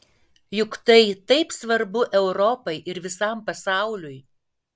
juk tai taip svarbu europai ir visam pasauliui